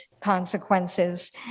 consequences